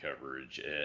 coverage